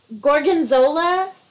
Gorgonzola